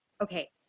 okay